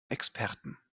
experten